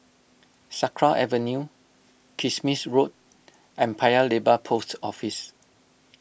Sakra Avenue Kismis Road and Paya Lebar Post Office